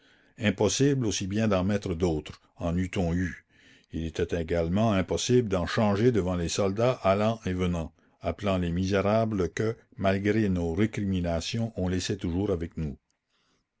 impossible aussi bien d'en mettre d'autres en eût-on eus il était également impossible d'en changer devant les soldats allant et venant appelant les misérables que malgré nos récriminations on laissait toujours avec nous